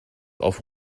auf